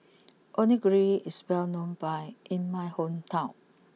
Onigiri is well known in my hometown